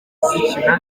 zikina